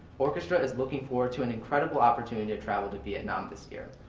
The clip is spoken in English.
orchestra is looking forward to an incredible opportunity to travel to vietnam this year.